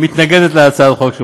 מתנגדת להצעת החוק.